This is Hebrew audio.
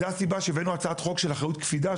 זו הסיבה שהבאנו הצעת חוק של אחריות קפידה,